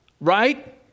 right